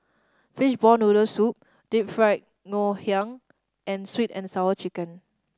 fishball noodle soup Deep Fried Ngoh Hiang and Sweet And Sour Chicken